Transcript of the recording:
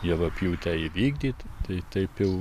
javapjūtę įvykdyt tai taip jau